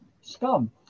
scum